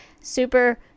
super